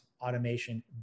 automation